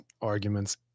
arguments